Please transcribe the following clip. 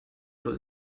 soll